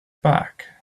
back